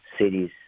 cities